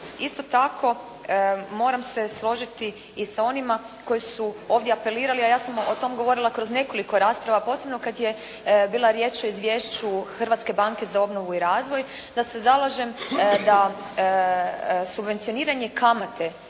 Isto tako, moram se složiti i sa onima koji su ovdje apelirali, a ja sam o tom govorila kroz nekoliko rasprava posebno kad je bilo riječi o izvješću Hrvatske banke za obnovu i razvoj, da se zalažem da subvencioniranje kamate